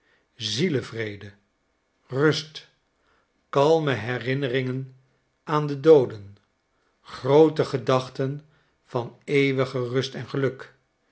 zielevrede rust kalme herinneringen aan de dooden groote gedachten van eeuwige rust en geluk